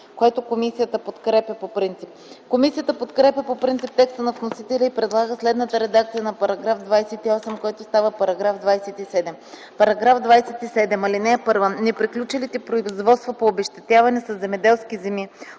Комисията подкрепя по принцип текста на вносителя и предлага следната редакция на § 28, който става § 27: „§ 27. (1) Неприключилите производства по обезщетяване със земеделски земи